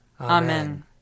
Amen